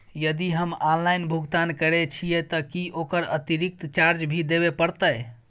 यदि हम ऑनलाइन भुगतान करे छिये त की ओकर अतिरिक्त चार्ज भी देबे परतै?